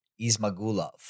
Ismagulov